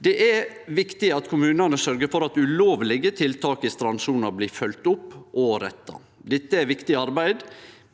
Det er viktig at kommunane sørgjer for at ulovlege tiltak i strandsona blir følgde opp og retta. Dette er viktig arbeid,